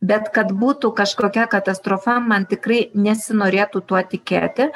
bet kad būtų kažkokia katastrofa man tikrai nesinorėtų tuo tikėti